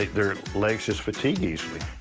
their legs just fatigue easily.